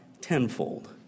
tenfold